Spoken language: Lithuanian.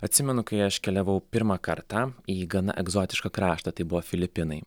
atsimenu kai aš keliavau pirmą kartą į gana egzotišką kraštą tai buvo filipinai